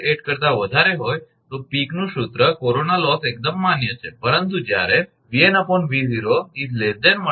8 કરતા વધારે હોય તો પીકનું સૂત્ર કોરોના લોસ એકદમ માન્ય છે પરંતુ જ્યારે 𝑉𝑛 𝑉0 1